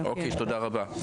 אוקיי, תודה רבה.